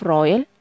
Royal